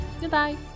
Goodbye